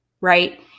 right